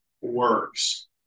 works